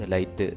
Light